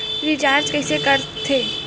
Recharge कइसे कर थे?